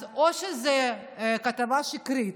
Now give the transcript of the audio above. אז או שזה כתבה שקרית,